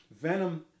Venom